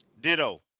Ditto